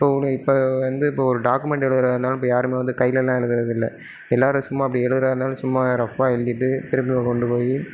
இப்போ ஒரு இப்போ வந்து இப்போ ஒரு டாக்குமெண்ட் எழுதுறதாகருந்தாலும் இப்போ யாருமே வந்து கையிலல்லாம் எழுதுறது இல்லை எல்லாரும் சும்மா அப்படி எழுதுறதாக இருந்தாலும் சும்மா ரஃப்பாக எழுதிவிட்டு திருப்பியும் கொண்டு போய்